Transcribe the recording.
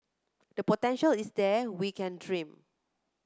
the potential is there we can dream